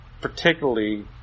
particularly